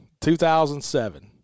2007